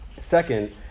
Second